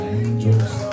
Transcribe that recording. angels